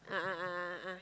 a'ah a'ah a'ah